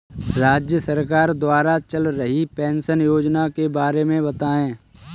राज्य सरकार द्वारा चल रही पेंशन योजना के बारे में बताएँ?